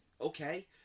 okay